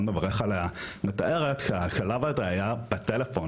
מברך עליה מתארת שהשלב הזה היה בטלפון.